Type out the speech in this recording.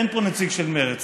אין פה נציג של מרצ.